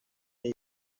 need